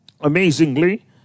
Amazingly